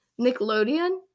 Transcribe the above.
Nickelodeon